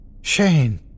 Shane